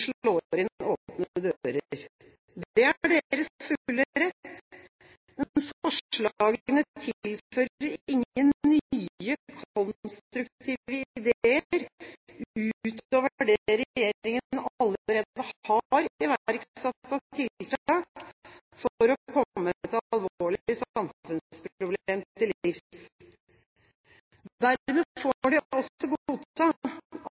slår inn åpne dører. Det er deres fulle rett, men forslagene tilfører ingen nye konstruktive ideer utover det regjeringen allerede har iverksatt av tiltak for å komme et alvorlig samfunnsproblem til livs. Dermed får